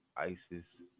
ISIS